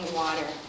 water